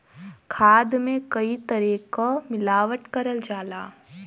खाद में कई तरे क मिलावट करल जाला